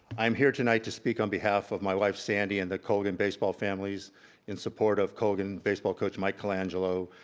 i am here tonight to speak on behalf of my wife, sandy, and the colgan baseball families in support of colgan baseball coach, mike colangelo,